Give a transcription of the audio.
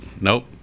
nope